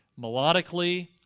melodically